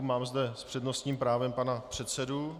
Mám zde s přednostním právem pana předsedu...